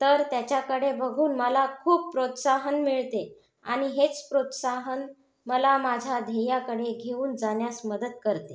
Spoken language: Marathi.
तर त्याच्याकडे बघून मला खूप प्रोत्साहन मिळते आणि हेच प्रोत्साहन मला माझ्या ध्येयाकडे घेऊन जाण्यास मदत करते